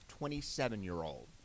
27-year-old